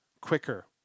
quicker